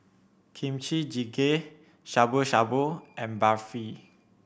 Kimchi Jjigae Shabu Shabu and Barfi